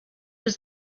was